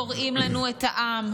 קורעים לנו את העם,